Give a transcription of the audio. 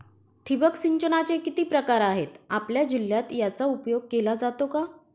ठिबक सिंचनाचे किती प्रकार आहेत? आपल्या जिल्ह्यात याचा उपयोग केला जातो का?